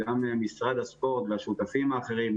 גם משרד הספורט והשותפים האחרים,